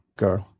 girl